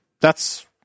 That's-